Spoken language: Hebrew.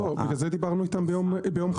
לא, בגלל זה דיברנו איתם ביום חמישי.